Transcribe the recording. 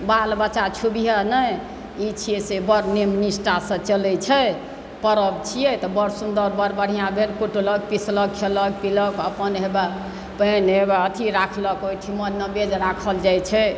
बाल बच्चा छुबिहऽ नहि ई छियै से बड़ नियम निष्ठासँ चलैत छै पर्व छियै तऽ बड़ सुन्दर बड़ बढ़िआँ भेल कुटलक पिसलक खेलक पिलक अपन हेबा पानि हेबा अथी राखलक ओहिठिमन नैवेद्य राखल जाइत छै